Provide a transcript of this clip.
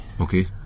okay